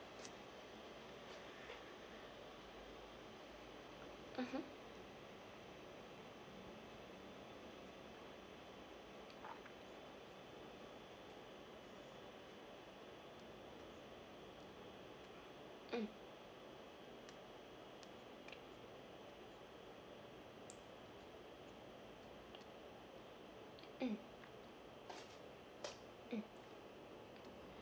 mmhmm mm mm mm